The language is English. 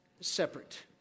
separate